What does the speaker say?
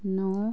ਨੌ